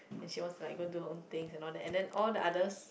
and she wants to like go and do her own thing and all that and then all the others